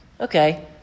okay